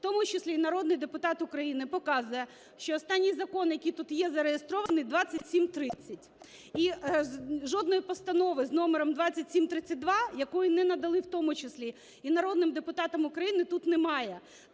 в тому числі і народний депутат України, показує, що останній закон, який тут є зареєстрований, 2730. І жодної постанови з номером 2732, якої не надали в тому числі і народним депутатам України, тут немає.